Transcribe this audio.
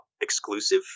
exclusive